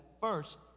first